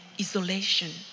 isolation